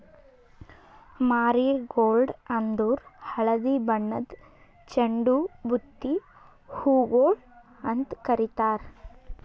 marigold ಅಂದುರ್ ಹಳದಿ ಬಣ್ಣದ್ ಚಂಡು ಬುತ್ತಿ ಹೂಗೊಳ್ ಅಂತ್ ಕಾರಿತಾರ್